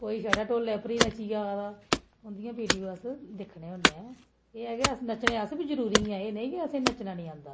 कोई छड़ा ढोलै पर गै नच्ची जादा उंदियां बीडियो अस दिक्खने होन्ने आंं एह् ऐ केह् अस नच्चने अस बी जरूरी आं ऐ नेई केह् असें गी नच्चना नेईं आंदा